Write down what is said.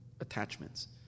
attachments